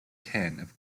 ten